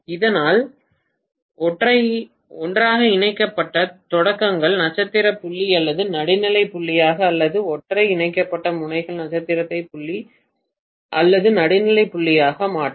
இதனால் ஒன்றாக இணைக்கப்பட்ட தொடக்கங்கள் நட்சத்திர புள்ளி அல்லது நடுநிலை புள்ளியாக அல்லது ஒன்றாக இணைக்கப்பட்ட முனைகள் நட்சத்திரத்தை புள்ளி அல்லது நடுநிலை புள்ளியாக மாற்றும்